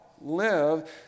live